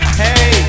hey